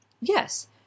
yes